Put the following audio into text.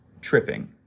tripping